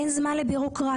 אין זמן לבירוקרטיה.